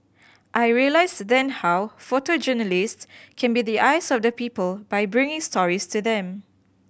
I realised then how photojournalists can be the eyes of the people by bringing stories to them